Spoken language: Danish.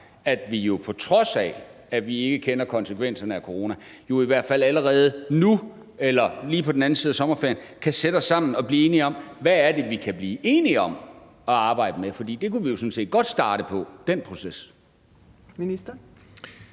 at vi, på trods af at vi ikke kender konsekvenserne af coronaen, i hvert fald allerede nu eller lige på den anden side af sommerferien kan sætte os sammen og blive enige om, hvad vi kan blive enige om at arbejde med. For den proces kunne vi jo sådan set godt starte på. Kl. 13:38 Fjerde